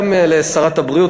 גם לשרת הבריאות,